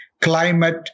climate